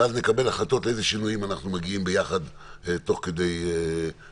ואז נקבל החלטות לאיזה שינויים אנחנו מגיעים ביחד תוך כדי תנועה.